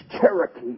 Cherokee